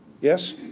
yes